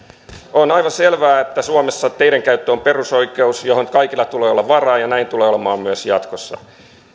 on aivan selvää että suomessa teiden käyttö on perusoikeus johon kaikilla tulee olla varaa ja näin tulee olemaan myös jatkossa